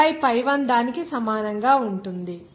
ఆపై pi1 దానికి సమానంగా ఉంటుంది